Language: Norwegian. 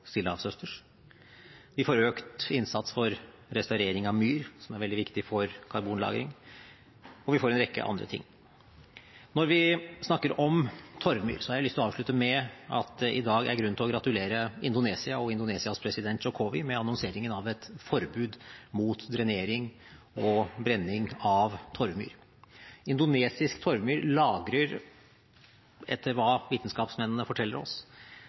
Vi får økt innsats for restaurering av myr, som er veldig viktig for karbonlagring, og vi får en rekke andre ting. Når vi snakker om torvmyr, har jeg lyst til å avslutte med at det i dag er grunn til å gratulere Indonesia og Indonesias president, Jokowi, med annonseringen av et forbud mot drenering og brenning av torvmyr. Indonesisk torvmyr lagrer – etter hva vitenskapsmennene forteller oss